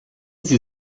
sie